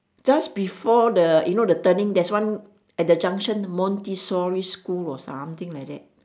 just before the you know the turning there's one at the junction montessori school or something like that